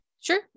Sure